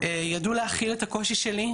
ידעו להכיל את הקושי שלי,